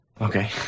okay